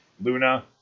Luna